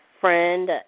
friend